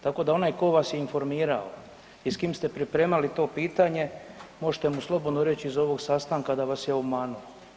Tako da onaj tko vas je informirao i s kim ste pripremali to pitanje, možete u slobodno reći iza ovog sastanka da vas je obmanuo.